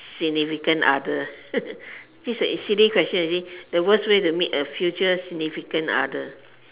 significant other this a silly question you see the worst way to meet a future significant other